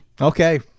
Okay